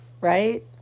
Right